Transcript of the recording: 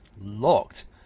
locked